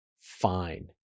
fine